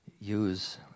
use